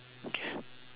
okay